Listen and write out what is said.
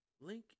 Link